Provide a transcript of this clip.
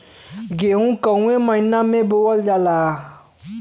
गेहूँ कवने महीना में बोवल जाला?